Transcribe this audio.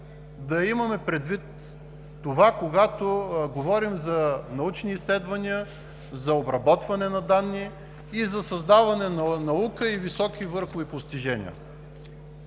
да имаме предвид това, когато говорим за научни изследвания, за обработване на данни и за създаване на наука и високи върхови постижения.